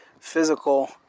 physical